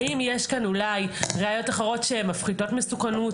האם יש כאן אולי ראיות אחרות שמפחיתות מסוכנות,